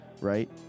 right